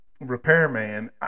repairman